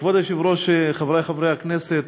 כבוד היושב-ראש, חברי חברי הכנסת,